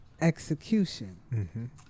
execution